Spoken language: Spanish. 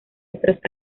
otras